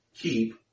Keep